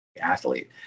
athlete